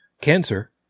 cancer